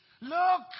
Look